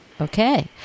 Okay